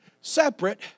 separate